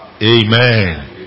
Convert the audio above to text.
Amen